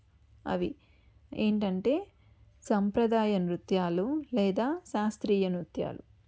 అవి ఏంటంటే సంప్రదాయ నృత్యాలు లేదా శాస్త్రీయ నృత్యాలు